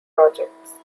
projects